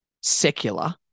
secular